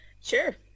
Sure